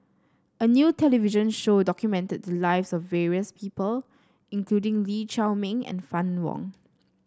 a new television show documented the lives of various people including Lee Chiaw Meng and Fann Wong